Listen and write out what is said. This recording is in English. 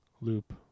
loop